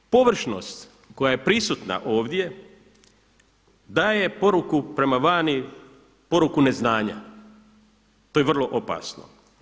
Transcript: Površnost koja je prisutna ovdje daje poruku prema vani, poruku neznanja, to je vrlo opasno.